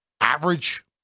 average